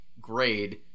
grade